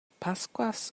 pascuas